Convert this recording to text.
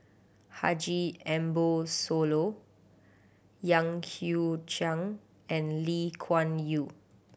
Haji Ambo Sooloh Yan Hui Chang and Lee Kuan Yew